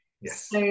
Yes